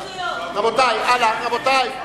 רבותי, אנא, רבותי.